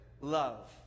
love